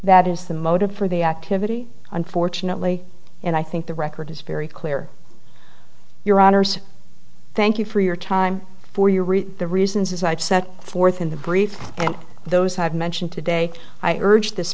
that is the motive for the activity unfortunately and i think the record is very clear your honour's thank you for your time for your read the reasons i've set forth in the briefs and those i've mentioned today i urge this